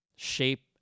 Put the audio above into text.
shape